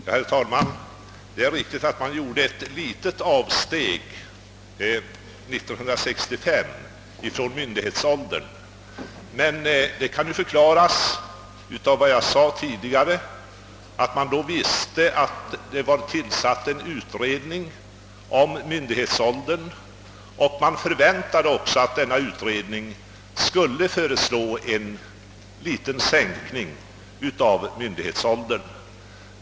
Herr talman! Det är riktigt att man 1965 gjorde ett litet avsteg från myndighetsåldern. Men det kan, som jag sade tidigare, förklaras av att man då visste att en utredning angående myndighetsåldern tillsatts och att man förväntade att denna utredning skulle föreslå en ändring av myndighetsåldern.